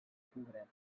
pobret